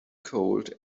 cold